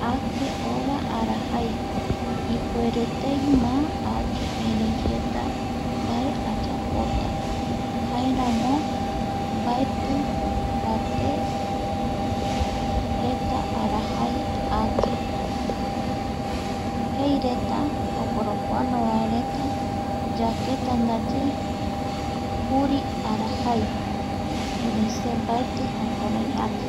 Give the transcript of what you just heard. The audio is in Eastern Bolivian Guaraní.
Ake ova arajai, ipuere tei ma ake erei jeta mbae ayapota, jaeramo mbaeti mbate jeta ake, jeireta oporopoano vaereta yaketa juri arajai, erei se mbaeti jukurai ake